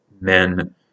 men